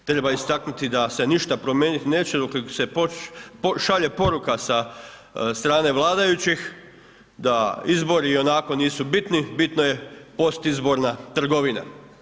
I posebno treba istaknuti da se ništa promijeniti neće dok se šalje poruka sa strane vladajućih da izbori ionako nisu bitni, bitno je postizborna trgovina.